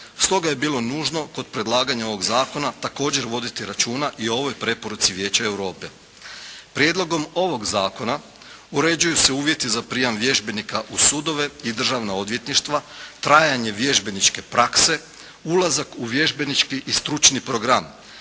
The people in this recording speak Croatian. Stoga je bilo nužno, kod predlaganja ovog zakona, također voditi računa i o ovoj preporuci Vijeća Europe. Prijedlogom ovog zakona uređuju se uvjeti za prijam vježbenika u sudove i državna odvjetništva, trajanje vježbeničke prakse, ulazak u vježbenički i stručni program.